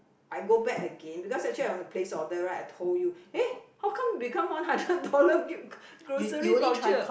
I go back again because actually I want to place order right I told you eh how come become one hundred dollar g~ grocery voucher